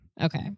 Okay